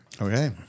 Okay